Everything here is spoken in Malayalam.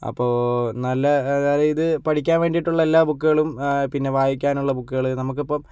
അപ്പോൾ നല്ല അതായത് പഠിക്കാൻ വേണ്ടിയിട്ടുള്ള എല്ലാ ബുക്കുകളും പിന്നെ വായിക്കാനുള്ള ബുക്കുകൾ നമുക്കിപ്പം